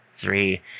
three